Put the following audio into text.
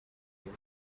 wema